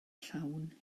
llawn